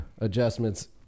adjustments